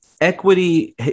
equity